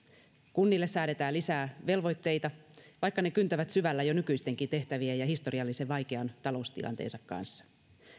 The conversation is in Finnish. kunnille säädetään lisää velvoitteita vaikka ne kyntävät syvällä jo nykyistenkin tehtävien ja historiallisen vaikean taloustilanteensa kanssa